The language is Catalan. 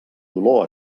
dolor